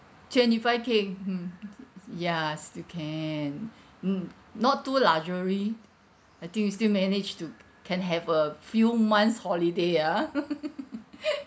twenty five K hmm ya still can mm not to luxury I think we still managed to can have a few months holiday ah